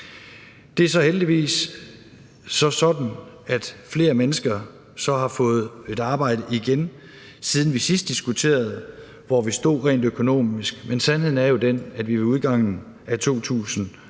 Det er så heldigvis sådan, at flere mennesker har fået et arbejde igen, siden vi sidst diskuterede, hvor vi stod rent økonomisk. Men sandheden er jo den, at vi ved udgangen af 2020